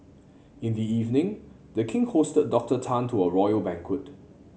in the evening The King hosted Doctor Tan to a royal banquet